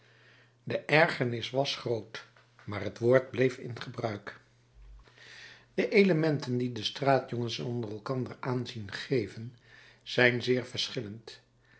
de ergernis was groot maar het woord bleef in gebruik de elementen die den straatjongens onder elkander aanzien geven zijn zeer verschillend